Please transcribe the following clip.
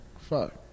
fuck